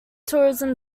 tourism